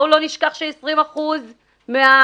ת את האזרח הוותיק במלוא סכום העסקה עם קבלת הודעה על